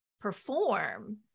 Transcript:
perform